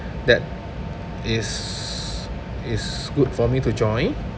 that is is good for me to join